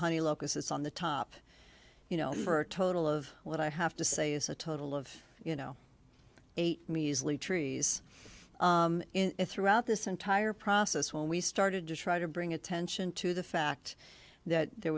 honeylocust it's on the top you know for a total of what i have to say is a total of you know eight measly trees in throughout this entire process when we started to try to bring attention to the fact that there